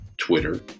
Twitter